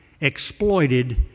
exploited